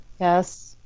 Yes